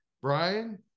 Brian